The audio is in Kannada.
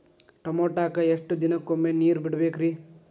ಟಮೋಟಾಕ ಎಷ್ಟು ದಿನಕ್ಕೊಮ್ಮೆ ನೇರ ಬಿಡಬೇಕ್ರೇ?